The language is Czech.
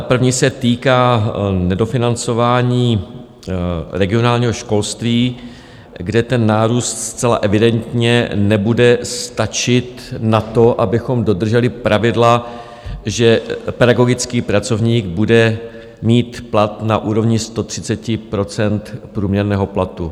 První se týká nedofinancování regionálního školství, kde ten nárůst zcela evidentně nebude stačit na to, abychom dodrželi pravidla, že pedagogický pracovník bude mít plat na úrovni 130 % průměrného platu.